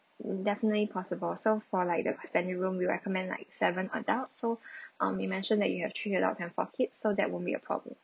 definitely possible so for like the standard room we recommend like seven adult so um you mentioned that you have three adults and four kids so that won't be a problem